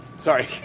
Sorry